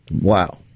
Wow